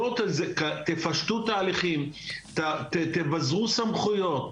בואו תפשטו תהליכים, תבזרו סמכויות,